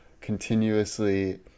continuously